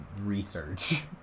research